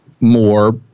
more